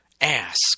Ask